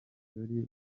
jolly